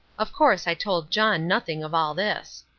of course i told john nothing of all this.